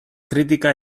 kritika